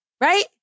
right